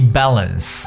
balance